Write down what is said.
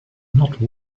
not